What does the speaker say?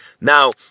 Now